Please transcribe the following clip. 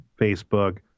Facebook